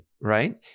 Right